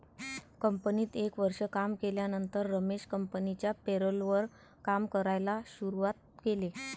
कंपनीत एक वर्ष काम केल्यानंतर रमेश कंपनिच्या पेरोल वर काम करायला शुरुवात केले